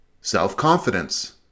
self-confidence